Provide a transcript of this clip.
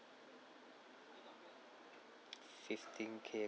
fifteen K